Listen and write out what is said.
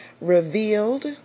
Revealed